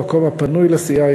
במקום הפנוי לסיעה,